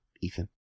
Ethan